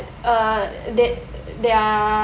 uh they uh they are